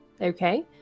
Okay